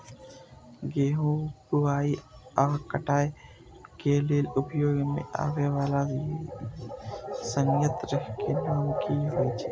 गेहूं बुआई आ काटय केय लेल उपयोग में आबेय वाला संयंत्र के नाम की होय छल?